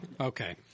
okay